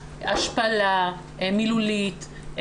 השפלה מילולית,